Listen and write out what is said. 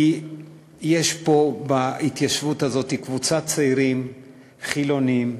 כי יש פה בהתיישבות הזאת קבוצת צעירים חילונים,